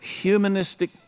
humanistic